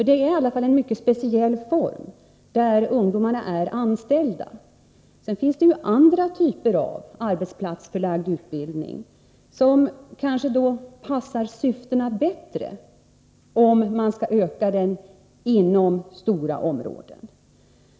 Det är en mycket speciell utbildningsform, där ungdomarna är anställda. Sedan finns det andra typer av arbetsplatsförlagd utbildning, som kanske passar syftena bättre, om utbildningen skall utökas inom stora områden.